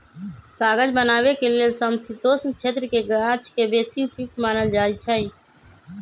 कागज बनाबे के लेल समशीतोष्ण क्षेत्रके गाछके बेशी उपयुक्त मानल जाइ छइ